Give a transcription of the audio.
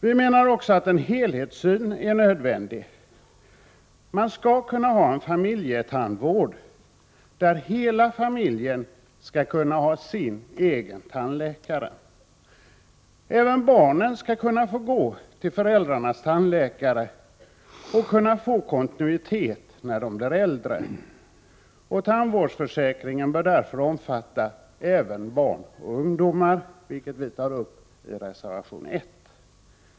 Vi menar också att det är nödvändigt med en helhetssyn. Man skall kunna ha en familjetandvård där hela familjen kan ha en egen tandläkare. Även barnen skall kunna få gå till föräldrarnas tandläkare och därmed ha möjlighet till en kontinuitet när de blir äldre. Tandvårdsförsäkringen bör därför omfatta även barn och ungdomar, vilket vi tar upp i reservation 1.